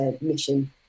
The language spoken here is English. mission